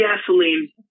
gasoline